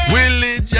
Willie